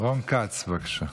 רון כץ, בבקשה.